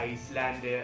Iceland